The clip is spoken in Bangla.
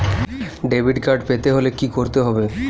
ডেবিটকার্ড পেতে হলে কি করতে হবে?